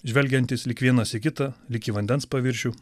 žvelgiantys lyg vienas į kitą lyg į vandens paviršių